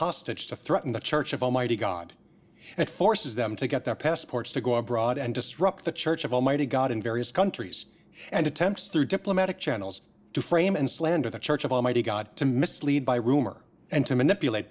hostage to threaten the church of almighty god and forces them to get their passports to go abroad and disrupt the church of almighty god in various countries and attempts through diplomatic channels to frame and slander the church of almighty god to mislead by rumor and to manipulate